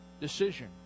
decision